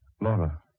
Laura